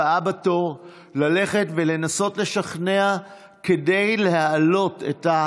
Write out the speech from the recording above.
עברה בקריאה ראשונה ותועבר להמשך דיון בוועדת הכלכלה.